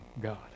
God